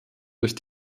durch